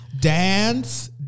dance